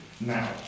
now